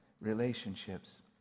relationships